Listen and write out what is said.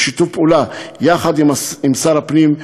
בשיתוף פעולה עם שר הפנים,